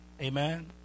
Amen